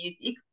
music